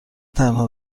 تنها